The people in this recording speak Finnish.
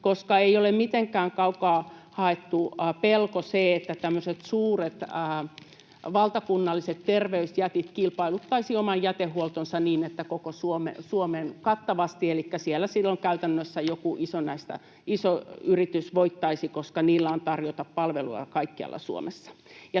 Ei ole mitenkään kaukaa haettu pelko, että tämmöiset suuret, valtakunnalliset terveysjätit kilpailuttaisivat oman jätehuoltonsa koko Suomen kattavasti, elikkä siellä silloin käytännössä joku iso yritys voittaisi, koska niillä on tarjota palvelua kaikkialla Suomessa.